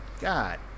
God